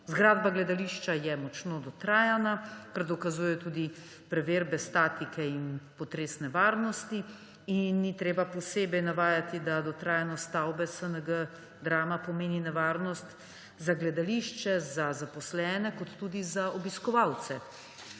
Zgradba gledališča je močno dotrajana, kar dokazuje tudi preverba statike in potresne varnosti, in ni treba posebej navajati, da dotrajanost stavbe SNG Drama pomeni nevarnost za gledališče, za zaposlene, kot tudi za obiskovalce.